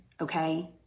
okay